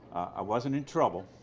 i wasn't in trouble,